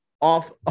off